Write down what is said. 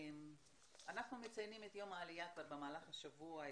אנחנו מציינים את יום העלייה במהלך השבוע.